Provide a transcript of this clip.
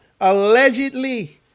allegedly